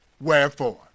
Wherefore